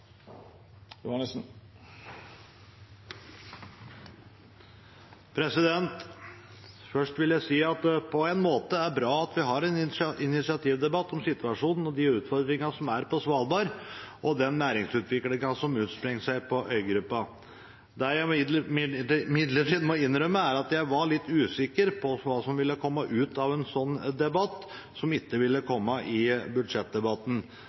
Først vil jeg si at det på en måte er bra at vi har en initiativdebatt om situasjonen og de utfordringene som er på Svalbard, og den næringsutviklingen som utspiller seg på øygruppa. Det jeg imidlertid må innrømme, er at jeg var litt usikker på hva som ville komme ut av en sånn debatt som ikke ville komme i budsjettdebatten.